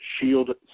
shield